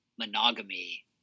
Monogamy